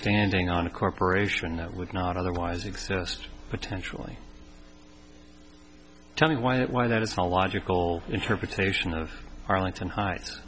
standing on a corporation that would not otherwise exist potentially telling why that why that is a logical interpretation of arlington heights